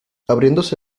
abrióse